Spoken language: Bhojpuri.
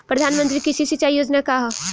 प्रधानमंत्री कृषि सिंचाई योजना का ह?